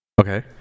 Okay